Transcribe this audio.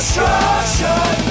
Destruction